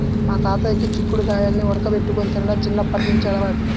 మా తాతయ్యకి చిక్కుడు గాయాల్ని ఉడకబెట్టుకొని తినడం చిన్నప్పట్నుంచి అలవాటు